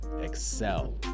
excel